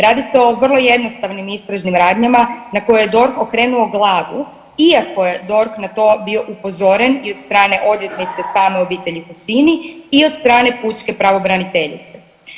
Radi se o vrlo jednostavnim istražnim radnjama na koje je DORH okrenuo glavu iako je DORH na to bio upozoren i od strane odvjetnice same obitelji Husini i od strane pučke pravobraniteljice.